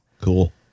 Cool